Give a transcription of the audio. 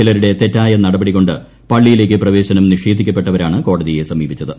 ചിലരുടെ തെറ്റായ നടപടികൊണ്ട് പള്ളിയിലേക്ക് പ്രവേശനം നിഷേധിക്കപ്പെട്ടവരാണ് കോടതിയെ സമീപിച്ചത്